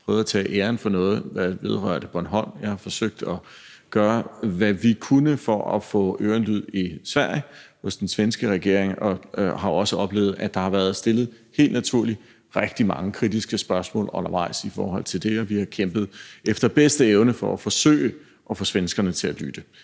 og prøvet at tage æren for noget, der vedrører Bornholm. Jeg har forsøgt at gøre, hvad jeg kunne, for at få ørenlyd i Sverige og hos den svenske regering og har også oplevet, at der helt naturligt er blevet stillet rigtig mange kritiske spørgsmål undervejs om det. Vi har kæmpet efter bedste evne for at forsøge at få svenskerne til at lytte.